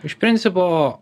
iš principo